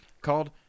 called